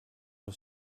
sur